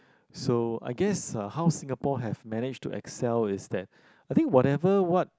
so I guess uh how Singapore have managed to excel is that I think whatever what